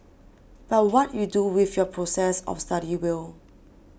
but what you do with your process of study will